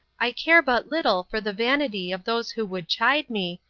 i care but little for the vanity of those who would chide me,